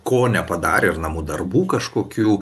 ko nepadarė ir namų darbų kažkokių